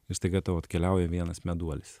ir staiga tau atkeliauja vienas meduolis